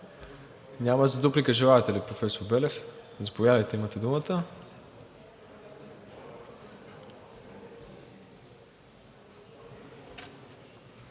Няма. За дуплика желаете ли, професор Белев? Заповядайте, имате думата.